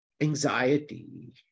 anxiety